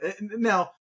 Now